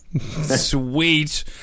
sweet